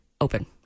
open